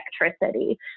electricity